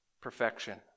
perfection